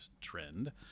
trend